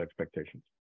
expectations